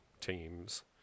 teams